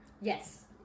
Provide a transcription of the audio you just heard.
Yes